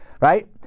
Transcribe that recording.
right